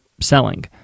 selling